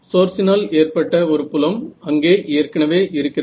சோர்சினால் ஏற்பட்ட ஒரு புலம் அங்கே ஏற்கனவே இருக்கிறது